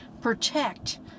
protect